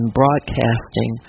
broadcasting